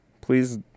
Please